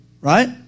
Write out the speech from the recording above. right